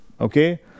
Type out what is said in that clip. Okay